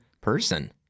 person